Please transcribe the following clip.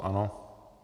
Ano.